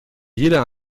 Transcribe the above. jeder